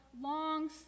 long